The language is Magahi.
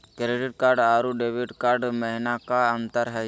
क्रेडिट कार्ड अरू डेबिट कार्ड महिना का अंतर हई?